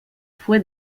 fue